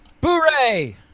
Boo-ray